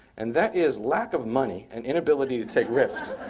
and that is lack of money and inability to take risks.